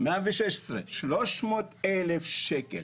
116. 300,000 שקל.